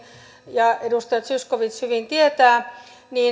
ja edustaja zyskowicz hyvin tietää